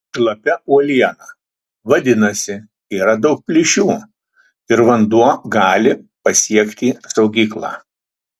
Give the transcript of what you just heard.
šlapia uoliena vadinasi yra daug plyšių ir vanduo gali pasiekti saugyklą